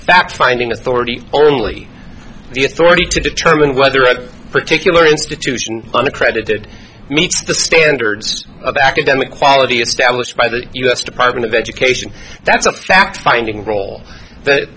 fact finding authority only the authority to determine whether a particular institution unaccredited meets the standards of academic quality established by the u s department of education that's a fact finding role that